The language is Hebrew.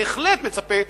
בהחלט מצפה,